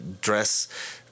dress—